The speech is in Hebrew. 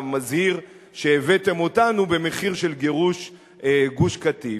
המזהיר שהבאתם במחיר של גירוש גוש-קטיף.